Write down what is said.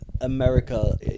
America